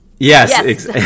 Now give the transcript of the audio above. Yes